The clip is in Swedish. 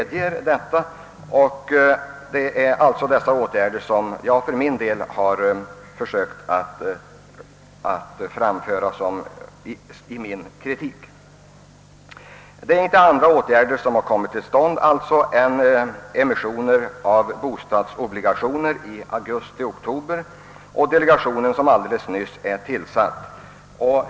Det är detta som jag har försökt påtala i min kritik. Inga andra åtgärder har alltså kommit till stånd än emissioner av bostadsobligationer i augusti och oktober och tillsättandet alldeles nyss av delegationen.